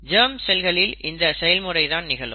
germ செல்களில் இந்த செயல்முறை தான் நிகழும்